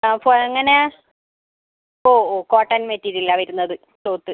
അപ്പോൾ എങ്ങനെ ഒ ഓ കോട്ടൺ മെറ്റിരിയലിലാണ് വരുന്നത് ക്ലോത്ത്